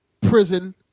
prison